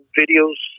videos